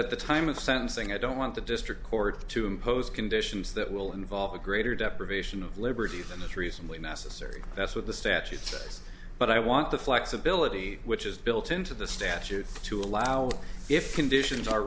at the time of sentencing i don't want the district court to impose conditions that will involve a greater deprivation of liberty than the three isn't necessary that's what the statute says but i want the flexibility which is built into the statute to allow if conditions are